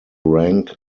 rank